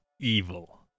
evil